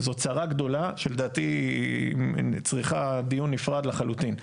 זו צרה גדולה שלדעתי צריכה דיון נפרד לחלוטין.